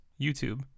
YouTube